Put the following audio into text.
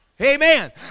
Amen